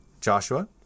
Joshua